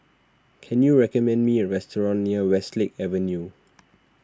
can you recommend me a restaurant near Westlake Avenue